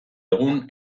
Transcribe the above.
egun